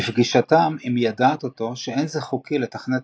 בפגישתם היא מיידעת אותו שאין זה חוקי לתכנת